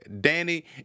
Danny